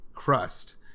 crust